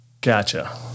Gotcha